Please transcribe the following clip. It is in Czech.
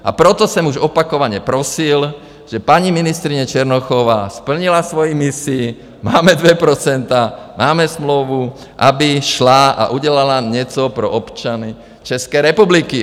A proto jsem už opakovaně prosil, že paní ministryně Černochová splnila svoji misi, máme 2 %, máme smlouvu, aby šla a udělala něco pro občany České republiky.